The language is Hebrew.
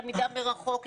למידה מרחוק,